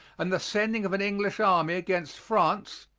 and the sending of an english army against france,